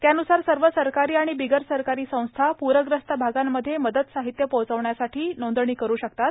त्यानुसार सर्व सरकारी आणि बिगर सरकारी संस्था प्रग्रस्त आगांमध्ये मदत साहित्य पोहचविण्यासाठी नोंदणी करू शकतात